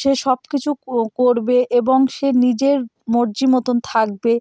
সে সব কিছু কো করবে এবং সে নিজের মর্জি মতন থাকবে